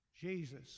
Jesus